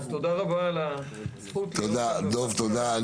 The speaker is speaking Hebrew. תודה רבה על הזכות --- דב תודה.